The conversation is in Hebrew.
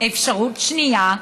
אפשרות שנייה,